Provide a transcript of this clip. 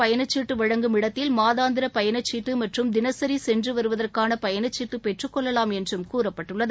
பயணச்சீட்டுவழங்கும் ரயில் இடத்தில் மாதாந்திரபயணச்சீட்டுமற்றும் தினசரிசென்றுவருவதற்காளபயணச்சீட்டுபெற்றுக்கொள்ளலாம் என்றும் கூறப்பட்டுள்ளது